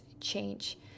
change